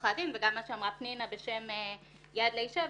עורכי הדין וגם את מה שאמרה פנינה בשם "יד לאישה",